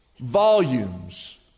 volumes